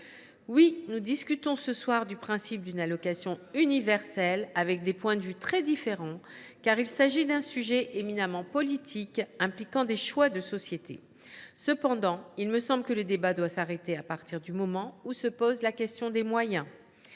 ? Nous discutons ce soir du principe d’une allocation universelle, avec des points de vue très différents, car il s’agit d’un sujet éminemment politique, impliquant des choix de société. Cependant, il me semble que le débat doit s’arrêter au moment où se pose la question des moyens.